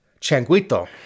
changuito